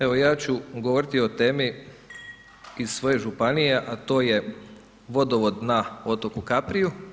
Evo ja ću govoriti o temi iz svoje županije a to je vodovod na otoku Kapriju.